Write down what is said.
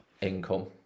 income